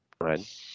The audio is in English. right